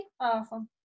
Awesome